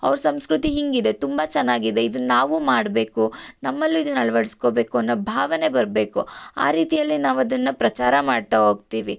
ಅವ್ರ ಸಂಸ್ಕೃತಿ ಹೀಗಿದೆ ತುಂಬ ಚೆನ್ನಾಗಿದೆ ಇದನ್ನು ನಾವು ಮಾಡಬೇಕು ನಮ್ಮಲ್ಲೂ ಇದನ್ನು ಅಳವಡಿಸ್ಕೊಬೇಕು ಅನ್ನೋ ಭಾವನೆ ಬರಬೇಕು ಆ ರೀತಿಯಲ್ಲಿ ನಾವದನ್ನು ಪ್ರಚಾರ ಮಾಡ್ತಾ ಹೋಗ್ತಿವಿ